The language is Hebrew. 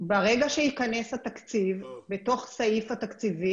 ברגע שייכנס התקציב בתוך הסעיף התקציבי